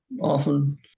often